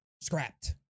scrapped